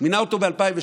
הוא מינה אותו ב-2003,